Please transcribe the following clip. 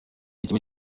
ikigo